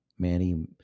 Manny